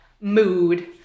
mood